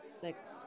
Six